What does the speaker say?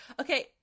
okay